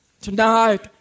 tonight